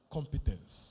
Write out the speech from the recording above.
Competence